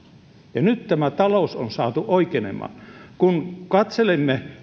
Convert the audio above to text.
ja nyt tämä talous on saatu oikenemaan kun katselemme